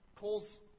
calls